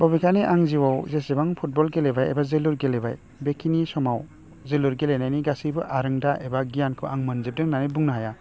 बबेखानि आंनि जिउआव जेसेबां फुटबल गेलेबाय एबा जोलुर गेलेबाय बेखिनि समाव जोलुर गेलेनायनि गासैबो आरोंदा एबा गियानखौ आं मोनजोबदों होन्नानै आं बुंनो हाया